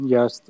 Yes